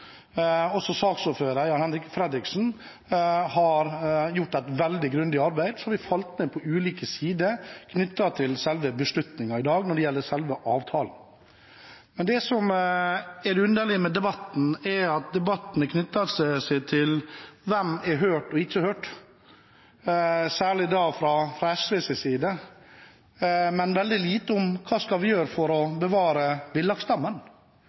Også saksordføreren, Jan-Henrik Fredriksen, har gjort et veldig grundig arbeid, for vi falt ned på ulike sider når det gjelder beslutningen i dag om selve avtalen. Det som er det underlige med debatten, er at den dreier seg om hvem som er hørt, og ikke hørt – særlig fra SVs side – men veldig lite om hva vi skal gjøre for å bevare